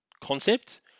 concept